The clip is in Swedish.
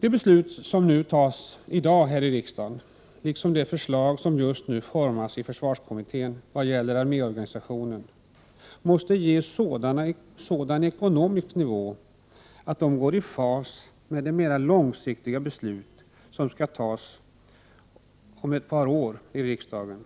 De beslut som fattas i dag här i riksdagen, liksom de förslag som just nu formuleras i försvarskommittén vad gäller arméorganisationen, måste ges sådan ekonomisk nivå att de går i fas med de mera långsiktiga beslut som skall fattas om ett par år i riksdagen